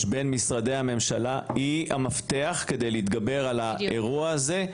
היא המפתח כדי להתגבר על האירוע הזה.